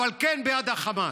אבל כן בעד החמאס.